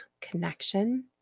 connection